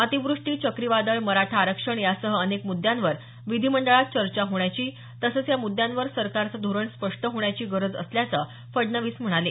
अतिवृष्टी चक्रीवादळ मराठा आरक्षण यासह अनेक मुद्यांवर विधिमंडळात चर्चा होण्याची तसंच या मुद्यांवर सरकारचं धोरण स्पष्ट होण्याची गरज असल्याचं फडणवीस म्हणाले